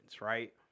right